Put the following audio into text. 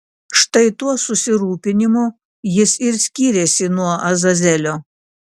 štai tuo susirūpinimu jis ir skyrėsi nuo azazelio